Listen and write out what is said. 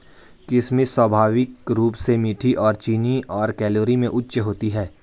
किशमिश स्वाभाविक रूप से मीठी और चीनी और कैलोरी में उच्च होती है